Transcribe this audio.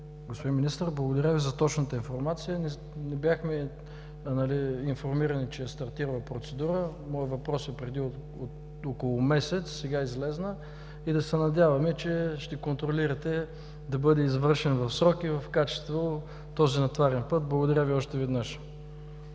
Господин Министър, благодаря Ви за точната информация. Не бяхме информирани, че е стартирала процедура. Моят въпрос е отпреди около месец. Да се надяваме, че ще контролирате да бъде извършен качествено и в срок ремонтът на този натоварен път. Благодаря Ви още веднъж.